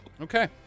Okay